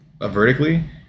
vertically